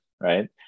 right